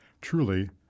truly